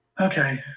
okay